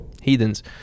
heathens